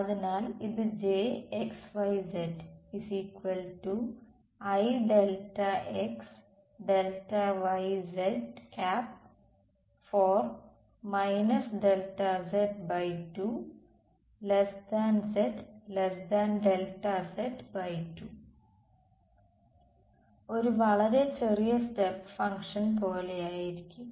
അതിനാൽ ഇത് ഒരു വളരെ ചെറിയ സ്റ്റെപ്പ് ഫംഗ്ഷൻ പോലെയായിരിക്കും